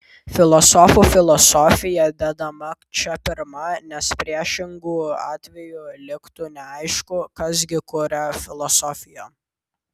filosofų filosofija dedama čia pirma nes priešingu atveju liktų neaišku kas gi kuria filosofiją